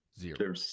Zero